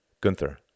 Gunther